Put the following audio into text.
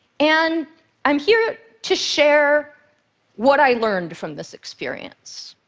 and i'm here to share what i learned from this experience.